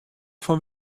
fan